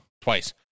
twice